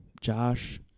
Josh